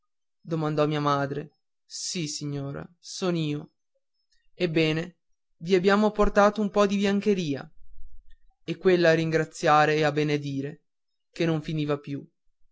domandò mia madre sì signora son io ebbene v'abbiamo portato un poco di biancheria e quella a ringraziare e a benedire che non finiva